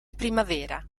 primavera